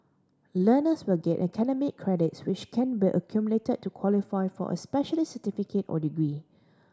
learners will get academic credits which can be accumulated to qualify for a specialist certificate or degree